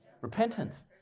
Repentance